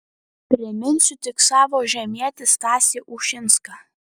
priminsiu tik savo žemietį stasį ušinską